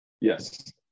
Yes